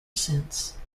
since